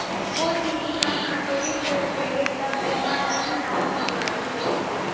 कोई भी बिहान अंकुरित होत रेहेल तब ओमा लाही नामक बिमारी होयल?